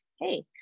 hey